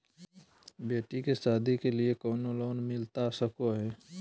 बेटी के सादी के लिए कोनो लोन मिलता सको है?